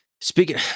Speaking